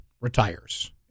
retires